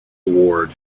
award